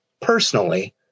personally